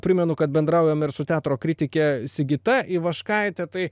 primenu kad bendraujam ir su teatro kritikė sigita ivaškaite tai